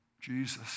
Jesus